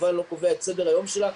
כמובן לא קובע את סדר-היום שלה,